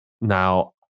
Now